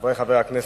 חברי חברי הכנסת,